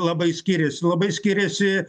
labai skiriasi labai skiriasi